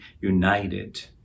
united